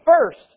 first